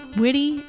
witty